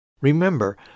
Remember